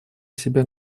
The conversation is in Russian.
себя